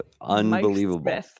unbelievable